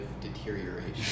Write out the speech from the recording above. deterioration